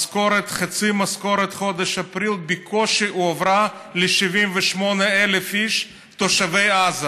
חצי משכורת חודש אפריל בקושי הועברה ל-78,000 איש תושבי עזה,